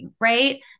right